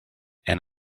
and